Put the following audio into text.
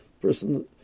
Person